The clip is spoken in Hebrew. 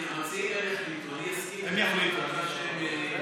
אני אסכים לכל ועדה שהם ירצו.